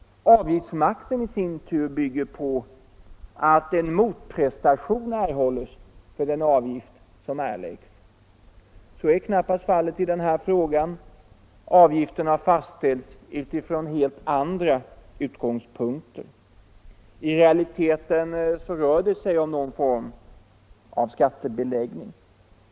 Avgiftsmakten i sin tur bygger på att en motprestation erhålls för den avgift som erläggs. Så är knappast fallet i denna fråga. Avgifterna fastställs utifrån helt andra utgångspunkter. I realiteten rör det sig om någon form av skattebeläggning.